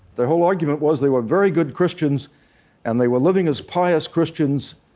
their whole argument was they were very good christians and they were living as pious christians,